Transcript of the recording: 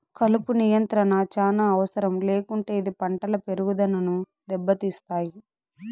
కలుపు నియంత్రణ చానా అవసరం లేకుంటే ఇది పంటల పెరుగుదనను దెబ్బతీస్తాయి